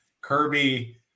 Kirby